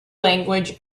language